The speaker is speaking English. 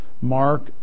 Mark